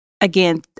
again